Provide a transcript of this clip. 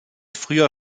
früher